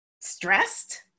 stressed